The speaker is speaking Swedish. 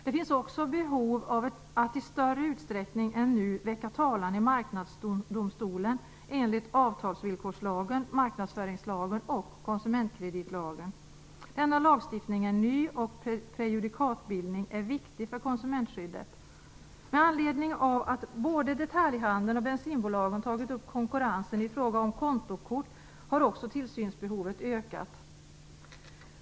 Det finns också behov av att i större utsträckning än i dag väcka talan i Marknadsdomstolen enligt avtalsvillkorslagen, marknadsföringslagen och konsumentkreditlagen. Denna lagstiftning är ny och prejudikatbildning är viktig för konsumentskyddet. Med anledning av att både detaljhandeln och bensinbolagen har tagit upp konkurrensen i fråga om kontokort har också tillsynsbehovet ökat.